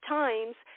times